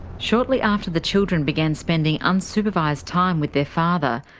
shortly after the children began spending unsupervised time with their father,